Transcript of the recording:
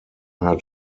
had